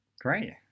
Great